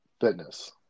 fitness